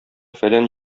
фәлән